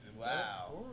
Wow